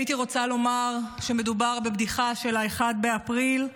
הייתי רוצה לומר שמדובר בבדיחה של 1 באפריל,